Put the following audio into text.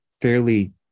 fairly